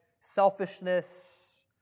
selfishness